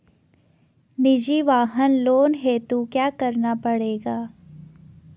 निजी वाहन लोन हेतु क्या करना पड़ेगा?